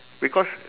because